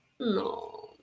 No